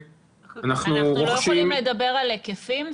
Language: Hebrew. אנחנו לא יכולים לדבר על היקפים?